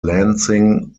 lansing